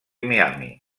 miami